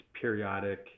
periodic